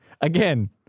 Again